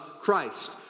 Christ